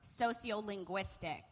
sociolinguistic